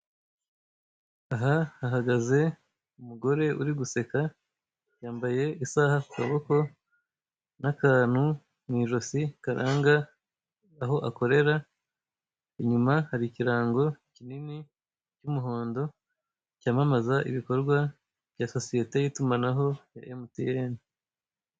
Aha hahagaze umugore uri guseka, yambaye isaha ku kaboko n'akantu mu ijosi karanga aho akorera. Inyuma hari ikirango kinini cy'umuhondo, cyamamaza ibikorwa bya sosiyete y'itumanaho ya emutiyene.